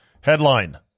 Headline